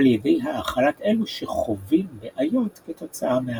על ידי האכלת אלו שחווים בעיות כתוצאה מהרעב.